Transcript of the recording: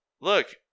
Look